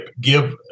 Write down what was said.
give